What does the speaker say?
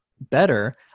better